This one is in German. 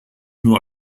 nur